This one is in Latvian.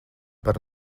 par